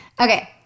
Okay